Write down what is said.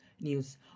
news